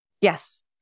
Yes